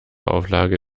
auflage